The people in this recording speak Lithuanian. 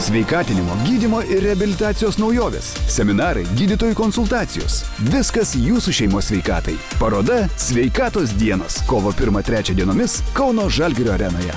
sveikatinimo gydymo ir reabilitacijos naujovės seminarai gydytojų konsultacijos viskas jūsų šeimos sveikatai paroda sveikatos dienos kovo pirmą trečią dienomis kauno žalgirio arenoje